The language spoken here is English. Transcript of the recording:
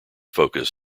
focus